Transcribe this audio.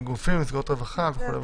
על גופים ומסגרות רווחה וכו' וכו'.